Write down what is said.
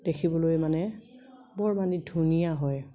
দেখিবলৈ মানে বৰ মানে ধুনীয়া হয়